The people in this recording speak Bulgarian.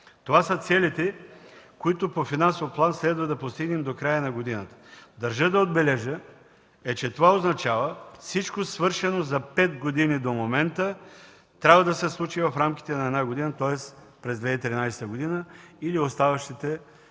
Това са целите, които по финансов план следва да постигнем до края на годината. Държа да отбележа, че това означава всичко, свършено за пет години до момента, трябва да се случи в рамките на една година, тоест през 2013 г. или оставащите